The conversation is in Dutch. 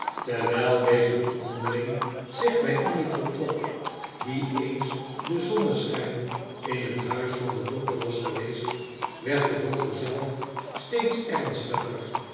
terwijl deze verandering zich bij annie voltrok die eens de zonneschijn in het huis van den doctor was geweest werd de doctor zelf steeds ernstiger